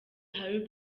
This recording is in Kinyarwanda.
hailey